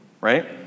right